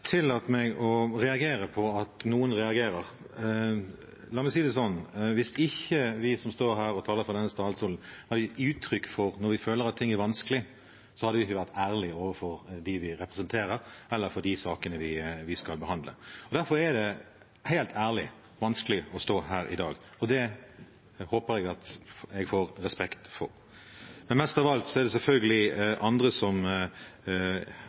Tillat meg å reagere på at noen reagerer. La meg si det sånn: Hvis ikke vi som står her og taler fra denne talerstolen, kan gi uttrykk for det når vi føler at noe er vanskelig, hadde vi ikke vært ærlige overfor dem vi representerer, eller overfor de sakene vi skal behandle. Derfor er det – helt ærlig – vanskelig å stå her i dag. Og det håper jeg at jeg får respekt for. Mest av alt er det selvfølgelig andre som